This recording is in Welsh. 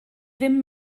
ddim